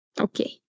Okay